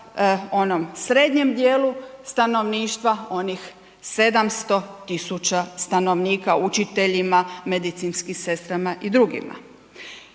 srednjem dijelu stanovništva, onih 700 tisuća stanovnika, učiteljima, medicinskim sestrama i drugima.